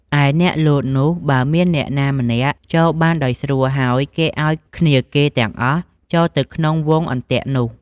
ឯអ្នកលោតនោះ បើមានអ្នកណាម្នាក់លោតចូលបានដោយស្រួលហើយ គេឲ្យគ្នាគេទាំងអស់ចូលទៅក្នុងវង់អន្ទាក់នោះ។